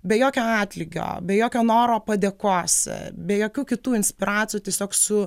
be jokio atlygio be jokio noro padėkos be jokių kitų inspiracijų tiesiog su